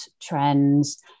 trends